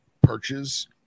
perches